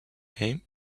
game